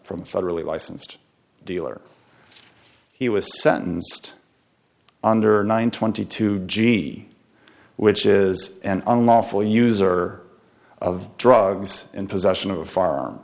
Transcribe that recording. from a federally licensed dealer he was sentenced under nine twenty two g which is an unlawful user of drugs and possession of a f